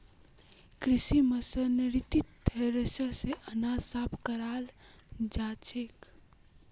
कृषि मशीनरीत थ्रेसर स अनाज साफ कराल जाछेक